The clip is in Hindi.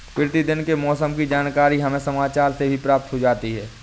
प्रतिदिन के मौसम की जानकारी हमें समाचार से भी प्राप्त हो जाती है